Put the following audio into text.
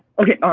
okay,